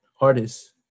artists